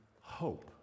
hope